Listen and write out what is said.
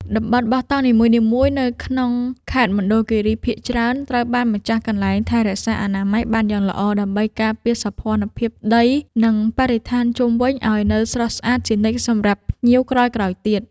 តំបន់បោះតង់នីមួយៗនៅក្នុងខេត្តមណ្ឌលគីរីភាគច្រើនត្រូវបានម្ចាស់កន្លែងថែរក្សាអនាម័យបានយ៉ាងល្អដើម្បីការពារសោភ័ណភាពដី និង បរិស្ថានជុំវិញឱ្យនៅស្រស់ស្អាតជានិច្ចសម្រាប់ភ្ញៀវក្រោយៗទៀត។